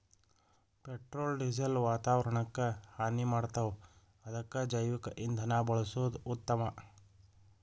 petrol diesel ವಾತಾವರಣಕ್ಕ ಹಾನಿ ಮಾಡ್ತಾವ ಅದಕ್ಕ ಜೈವಿಕ ಇಂಧನಾ ಬಳಸುದ ಉತ್ತಮಾ